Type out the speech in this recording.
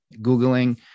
Googling